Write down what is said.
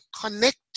connect